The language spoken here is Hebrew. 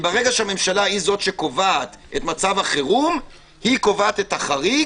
קובעת את החריג,